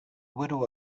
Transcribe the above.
widow